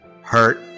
hurt